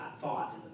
thoughts